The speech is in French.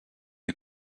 des